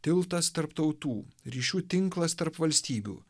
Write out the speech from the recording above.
tiltas tarp tautų ryšių tinklas tarp valstybių